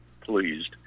pleased